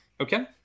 Okay